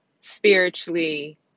spiritually